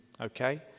okay